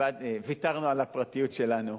ויתרנו על הפרטיות שלנו.